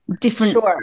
different